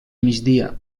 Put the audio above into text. migdia